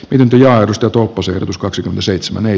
nyt yliarvostetun puserrus kaksikymmentäseitsemän ei